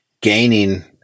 gaining